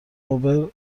اوبر